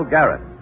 Garrett